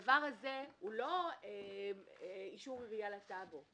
הדבר הזה הוא לא אישור עירייה לטאבו.